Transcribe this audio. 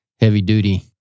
heavy-duty